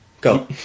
Go